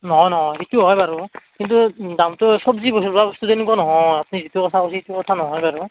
নহয় নহয় সিটো হয় বাৰু কিন্তু দামটো চবজি বস্তু তেনেকুৱা নহয় আপুনি যিটো কথা কৈছে সিটো কথা নহয় বাৰু